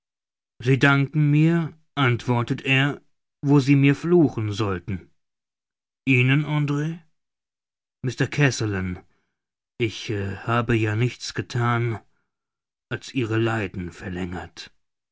sie danken mir antwortet er wo sie mir fluchen sollten ihnen andr mr kazallon ich habe ja nichts gethan als ihre leiden verlängert